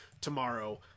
tomorrow